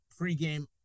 pregame